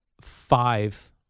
five